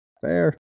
fair